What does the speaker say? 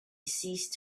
ceased